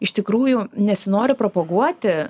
iš tikrųjų nesinori propaguoti